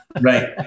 Right